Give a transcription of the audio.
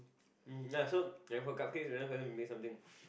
mmhmm so like for cupcakes it's better for them to make something